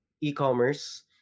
e-commerce